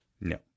no